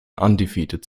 undefeated